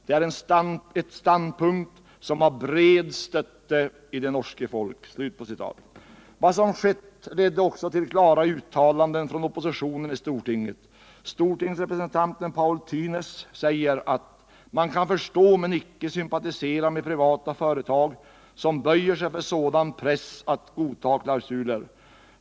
Det er et standpunkt som har bred stötte i det norske folk.” Vad som skett ledde också till klara uttalanden från oppositionen i stortinget. Stortingsrepresentant Paul Thyness säger att man kan förstå men icke sympatisera med privata företag som böjer sig för en sådan press att godta klausuler.